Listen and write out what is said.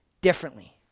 differently